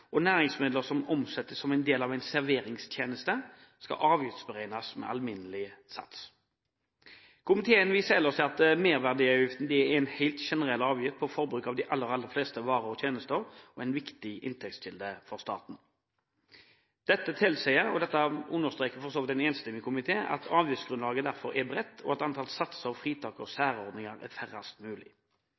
og 15 pst. – og at næringsmidler som omsettes som en del av en serveringstjeneste, skal avgiftsberegnes med alminnelig sats. Komiteen viser ellers til at merverdiavgiften er en generell avgift på forbruk av de aller, aller fleste varer og tjenester og er en viktig inntektskilde for staten. Dette tilsier – noe en enstemmig komité understreker – at avgiftsgrunnlaget derfor er bredt, og at antall satser, fritak og særordninger er færrest mulig.